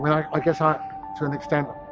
mean, i, i guess i to an extent.